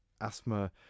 asthma